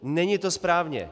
Není to správně.